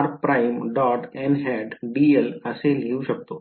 r prime dot n hat dl असे लिहू शकते